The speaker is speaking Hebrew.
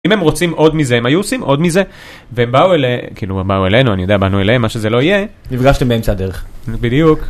אם הם רוצים עוד מזה הם היו עושים עוד מזה, והם באו אלינו אני יודע, באנו אליהם מה שזה לא יהיה. נפגשתם באמצע הדרך. בדיוק.